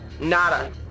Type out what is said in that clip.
Nada